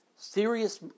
Serious